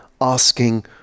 asking